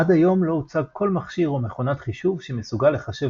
עד היום לא הוצג כל מכשיר או מכונת חישוב שמסוגל לחשב